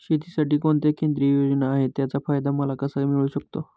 शेतीसाठी कोणत्या केंद्रिय योजना आहेत, त्याचा फायदा मला कसा मिळू शकतो?